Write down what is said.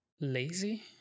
Lazy